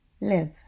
Live